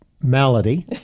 Malady